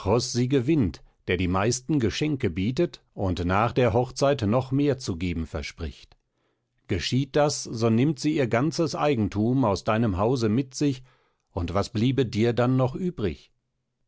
sie gewinnt der die meisten geschenke bietet und nach der hochzeit noch mehr zu geben verspricht geschieht das so nimmt sie ihr ganzes eigentum aus deinem hause mit sich und was bliebe dir dann noch übrig